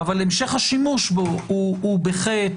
אבל המשך השימוש בו הוא בחטא.